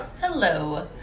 Hello